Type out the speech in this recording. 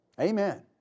Amen